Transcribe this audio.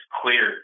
clear